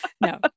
No